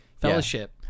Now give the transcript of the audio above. Fellowship